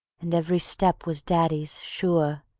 and every step was daddy's sure,